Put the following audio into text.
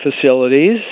facilities